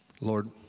Lord